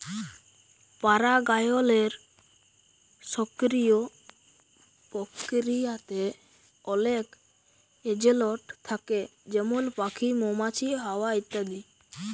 পারাগায়লের সকিরিয় পরকিরিয়াতে অলেক এজেলট থ্যাকে যেমল প্যাখি, মমাছি, হাওয়া ইত্যাদি